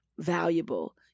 valuable